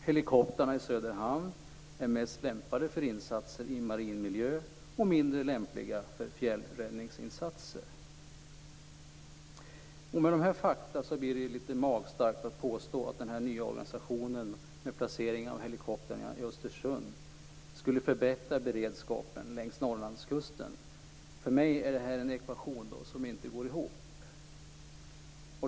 Helikoptrarna i Söderhamn är mest lämpade för insatser i marin miljö, och mindre lämpliga för fjällräddningsinsatser. Mot bakgrund av dessa faktum är det magstarkt att påstå att den nya organisationen med placering av helikoptrarna i Östersund skulle förbättra beredskapen längs Norrlandskusten. För mig är det en ekvation som inte går ihop.